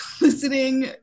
listening